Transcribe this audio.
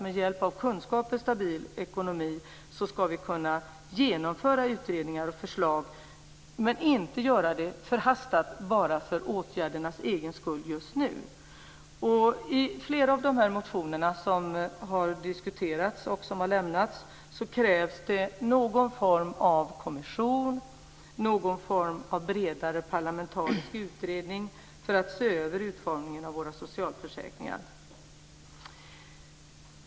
Med hjälp av kunskap och stabil ekonomi ska vi också kunna genomföra utredningar och förslag. Vi ska dock inte göra det förhastat - inte bara för åtgärdernas egen skull just nu. I flera av de motioner som har diskuterats och som har lämnats krävs någon form av kommission eller någon form av bredare parlamentarisk utredning för att se över utformningen av våra socialförsäkringar.